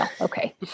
okay